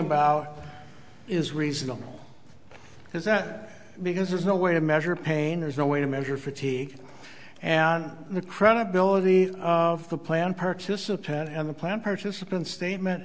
about is reasonable is that because there's no way to measure pain there's no way to measure fatigue and the credibility of the plan participate and the plan participants statement